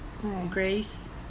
grace